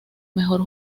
mejor